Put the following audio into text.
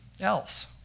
else